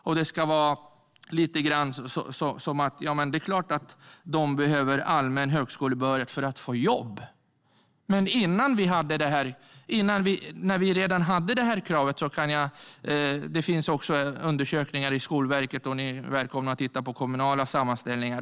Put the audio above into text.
Jag hör också lite grann om att det är klart att eleverna behöver allmän högskolebehörighet för att få jobb. Det finns undersökningar från Skolverket, och ni är välkomna att titta på kommunala sammanställningar.